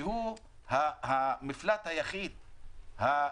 שהוא המפלט היחיד,